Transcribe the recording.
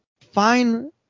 Fine